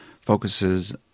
focuses